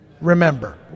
Remember